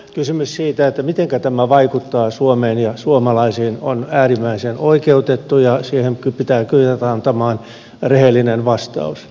kysymys siitä mitenkä tämä vaikuttaa suomeen ja suomalaisiin on äärimmäisen oikeutettu ja siihen pitää kyetä antamaan rehellinen vastaus